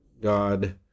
God